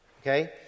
okay